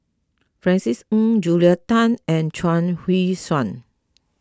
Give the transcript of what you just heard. Francis Ng Julia Tan and Chuang Hui Tsuan